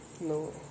No